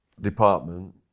department